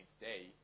day